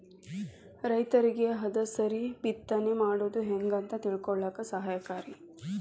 ರೈತರಿಗೆ ಹದಸರಿ ಬಿತ್ತನೆ ಮಾಡುದು ಹೆಂಗ ಅಂತ ತಿಳಕೊಳ್ಳಾಕ ಸಹಾಯಕಾರಿ